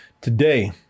today